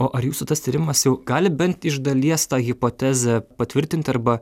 o ar jūsų tas tyrimas jau gali bent iš dalies tą hipotezę patvirtinti arba